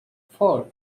four